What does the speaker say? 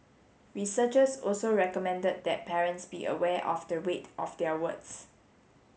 researchers also recommended that parents be aware of the weight of their words